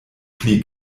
pli